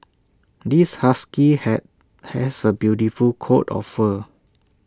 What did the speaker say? this husky had has A beautiful coat of fur